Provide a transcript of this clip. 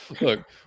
look